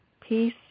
peace